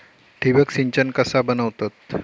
ठिबक सिंचन कसा बनवतत?